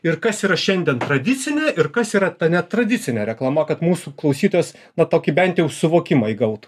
ir kas yra šiandien tradicinė ir kas yra ta netradicinė reklama kad mūsų klausytojas na tokį bent jau suvokimą įgautų